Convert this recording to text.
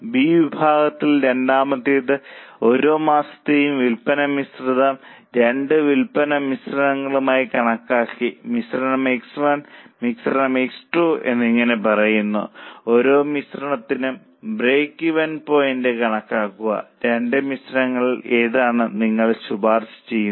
B ഭാഗത്തിൽ രണ്ടാമത്തേത് ഓരോ മാസത്തെയും വിൽപ്പന മിശ്രണം രണ്ട് വിൽപ്പന മിശ്രണങ്ങളായി കണക്കാക്കിയാൽ മിശ്രണം X 1 മിശ്രണം X 2 എന്നിങ്ങനെ പറയുന്നു ഓരോ മിശ്രണത്തിനും ബ്രേക്ക്ഈവൻ പോയിന്റ് കണക്കാക്കുക രണ്ട് മിശ്രണങ്ങളിൽ ഏതാണ് നിങ്ങൾ ശുപാർശ ചെയ്യുന്നത്